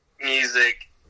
music